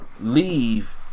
leave